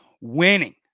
winning